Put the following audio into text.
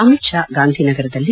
ಅಮಿತ್ ಶಾ ಗಾಂಧಿನಗರದಲ್ಲಿ